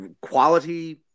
quality